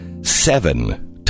seven